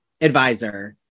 advisor